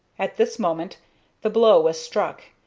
at this moment the blow was struck,